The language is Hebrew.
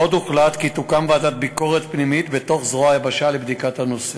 עוד הוחלט כי תוקם ועדת ביקורת פנימית בתוך זרוע היבשה לבדיקת הנושא.